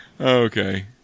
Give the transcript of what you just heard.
Okay